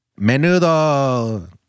Menudo